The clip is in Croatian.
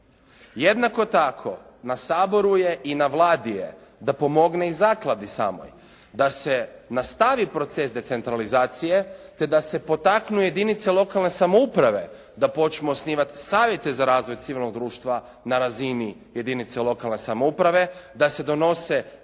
Jednako tako na Saboru i na Vladi je da pomogne i zakladi samoj, da se nastavi proces decentralizacije, te da se potaknu jedinice lokalne samouprave da počmu osnivati savjete za razvoj civilnog društva na razini jedinica lokalne samouprave, da se donose